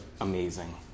amazing